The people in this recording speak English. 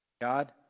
God